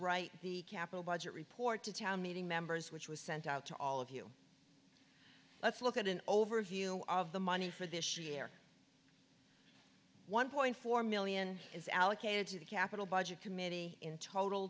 write the capitol budget report to town meeting members which was sent out to all of you let's look at an overview of the money for this year one point four million is allocated to the capital budget committee in total